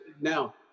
now